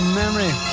memory